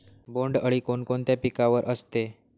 बोंडअळी कोणकोणत्या पिकावर असते?